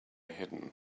hidden